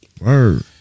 word